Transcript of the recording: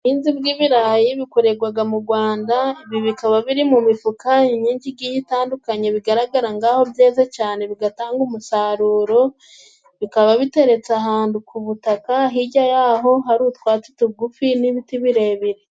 Ubuhinzi bw'ibirayi bikorerwaga mu Rwanda， ibi bikaba biri mu mifuka， imyinshi igiye itandukanye，bigaragara ng'aho byeze cyane， bigatanga umusaruro， bikaba biteretse ahantu ku butaka，hirya y'aho hari utwatsi tugufi n'ibiti birebire.